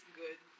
good